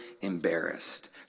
embarrassed